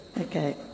Okay